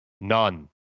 None